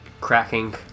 cracking